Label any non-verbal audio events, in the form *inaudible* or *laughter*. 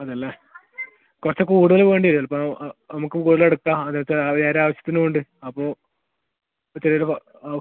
അതെ അല്ലേ കുറച്ച് കൂടുതൽ വേണ്ടി വരും ഇപ്പോൾ ആ നമ്മൾക്കും കൂടുതൽ എടുക്കാം അതായത് വേറെ ആവശ്യത്തിനും ഉണ്ട് അപ്പോൾ *unintelligible*